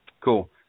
Cool